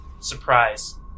Surprise